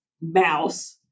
mouse